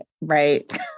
Right